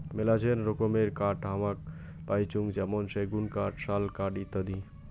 মেলাছেন রকমের কাঠ হামাক পাইচুঙ যেমন সেগুন কাঠ, শাল কাঠ ইত্যাদি